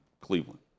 Cleveland